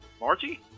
Margie